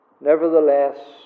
Nevertheless